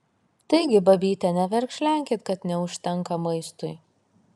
taigi babyte neverkšlenkit kad neužtenka maistui